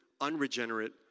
unregenerate